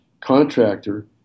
contractor